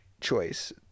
choice